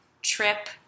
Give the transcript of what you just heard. trip